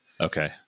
Okay